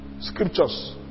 scriptures